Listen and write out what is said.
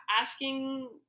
asking